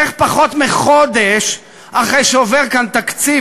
איך פחות מחודש אחרי שעובר כאן תקציב,